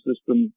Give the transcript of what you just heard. system